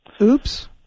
oops